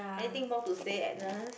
anything more to say Agnes